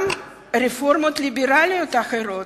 גם רפורמות ליברליות אחרות,